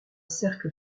cercle